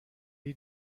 روی